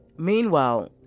Meanwhile